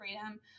freedom